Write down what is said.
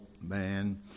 man